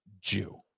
Jew